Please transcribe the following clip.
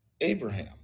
Abraham